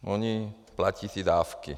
Oni platí ty dávky.